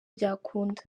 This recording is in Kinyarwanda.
byakunda